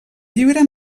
llibre